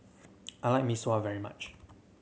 I like Mee Sua very much